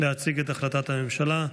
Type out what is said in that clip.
להציג את החלטת הממשלה.